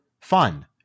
fun